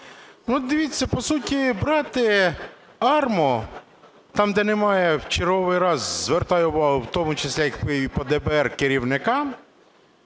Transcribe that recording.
от, дивіться, по суті брати АРМА там, де немає, в черговий раз вертаю увагу, в тому числі як і по ДБР керівника,